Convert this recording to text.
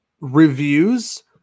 reviews